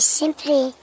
simply